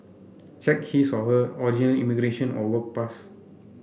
check his or her original immigration or work pass